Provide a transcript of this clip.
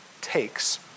takes